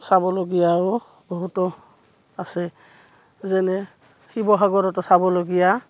চাবলগীয়াও বহুতো আছে যেনে শিৱসাগতে চাবলগীয়া